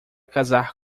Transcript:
casar